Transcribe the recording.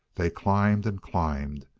they climbed and climbed,